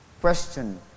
question